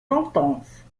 sentence